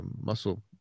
muscle